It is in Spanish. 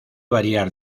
variar